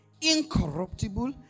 incorruptible